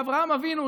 לאברהם אבינו,